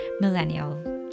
Millennial